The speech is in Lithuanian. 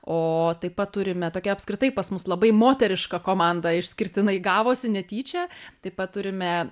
o taip pat turime tokia apskritai pas mus labai moteriška komanda išskirtinai gavosi netyčia taip pat turime